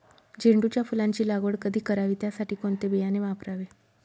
झेंडूच्या फुलांची लागवड कधी करावी? त्यासाठी कोणते बियाणे वापरावे?